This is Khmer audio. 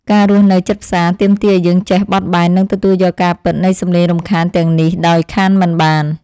ការរស់នៅជិតផ្សារទាមទារឱ្យយើងចេះបត់បែននិងទទួលយកការពិតនៃសំឡេងរំខានទាំងនេះដោយខានមិនបាន។